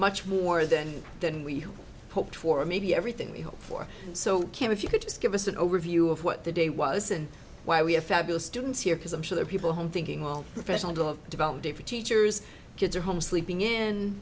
much more than than we hoped for or maybe everything we hoped for so if you could just give us an overview of what the day was and why we have fabulous students here because i'm sure there are people home thinking well professional of develop day for teachers kids are home sleeping in